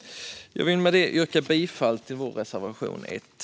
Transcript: Jag vill med det yrka bifall till vår reservation 1.